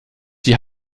die